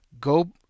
go